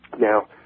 Now